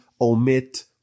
omit